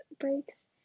breaks